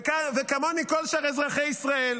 וכמוני, כל שאר אזרחי ישראל.